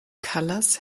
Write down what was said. kallas